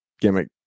gimmick